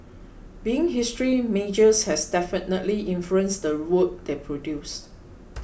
being history majors has definitely influenced the work they produce